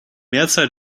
mehrzahl